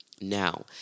Now